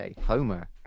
Homer